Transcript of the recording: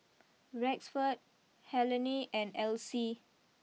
Rexford Helene and Elsie